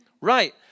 Right